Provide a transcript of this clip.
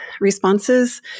responses